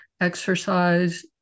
exercise